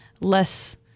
less